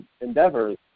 endeavors